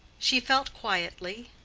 she felt quietly,